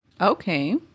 Okay